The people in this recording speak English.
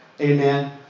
Amen